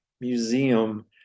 museum